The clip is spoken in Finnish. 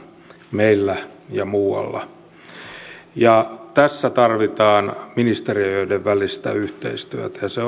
meillä ja muualla tässä tarvitaan ministeriöiden välistä yhteistyötä ja se